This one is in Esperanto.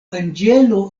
anĝelo